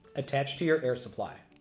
attach to your air supply.